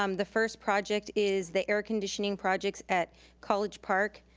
um the first project is the air conditioning projects at college park,